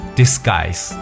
disguise